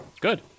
Good